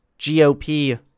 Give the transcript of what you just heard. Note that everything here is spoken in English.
GOP